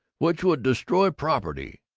which would destroy property.